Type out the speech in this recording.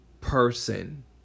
person